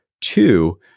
Two